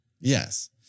Yes